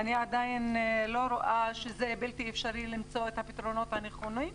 אני עדיין לא רואה שזה בלתי אפשרי למצוא את הפתרונות הנכונים.